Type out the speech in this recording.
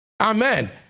Amen